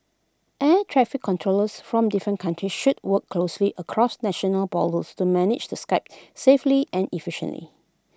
air traffic controllers from different countries should work closely across national borders to manage the Skype safely and efficiently